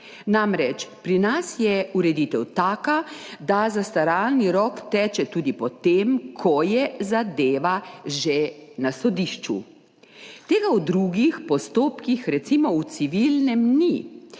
Namreč, pri nas je ureditev taka, da zastaralni rok teče tudi po tem, ko je zadeva že na sodišču. Tega v drugih postopkih, recimo v civilnem, ni.